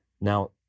now